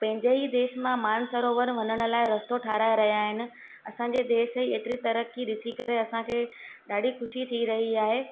पंहिंजे ई देश मां मानसरोवर हलण लाइ रस्तो ठाराहे रहिया आहिनि असांजे देश जी हेतिरी तरक़ी ॾिसी करे असांखे ॾाढी ख़ुशी थी रही आहे